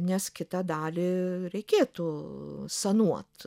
nes kitą dalį reikėtų sanuot